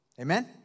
Amen